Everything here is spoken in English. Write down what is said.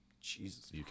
jesus